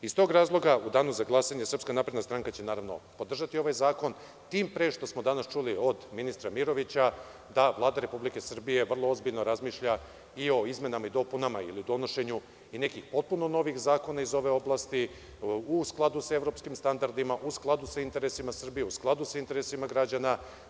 Iz tog razloga u Danu za glasanje SNS će naravno podržati ovaj zakon tim pre što smo danas čuli od ministra Mirovića da Vlada Republike Srbije vrlo ozbiljno razmišlja i o izmenama i dopunama ili donošenju nekih potpuno novih zakona iz ove oblasti i u skladu sa evropskim standardima, u skladu sa interesima Srbije, u skladu sa interesima građana.